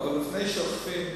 לפני שאוכפים,